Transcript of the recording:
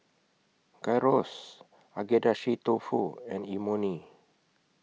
Gyros Agedashi Dofu and Imoni